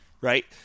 Right